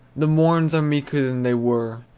the morns are meeker than they were,